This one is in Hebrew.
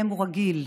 רגיל.